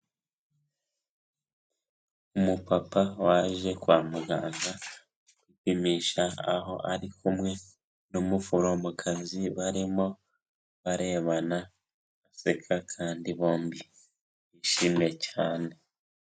Umupapa waje kwa muganga kwipimisha aho ari kumwe n'umuforomokazi barimo barebana aseka kandi bombi bishimye cyane.